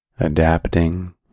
adapting